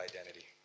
identity